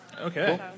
Okay